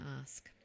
ask